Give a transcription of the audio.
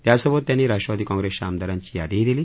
त्यासोबत त्यांनी राष्ट्रवादी काँग्रेसच्या आमदारांची यादीही दिली